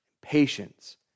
patience